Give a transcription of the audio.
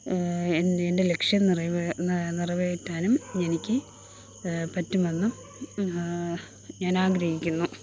എൻ്റെ ലക്ഷ്യം നിറവേറ്റാനും എനിക്ക് പറ്റുമെന്നും ഞാൻ ആഗ്രഹിക്കുന്നു